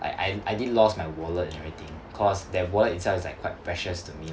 I I I did lost my wallet and everything cause that wallet itself is like quite precious to me